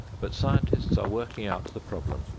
but scientists are working out the problem,